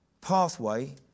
pathway